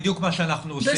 זה בדיוק מה שאנחנו עושים.